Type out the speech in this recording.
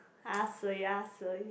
ask